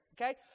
Okay